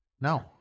No